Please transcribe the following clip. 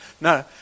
No